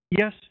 Yes